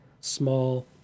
small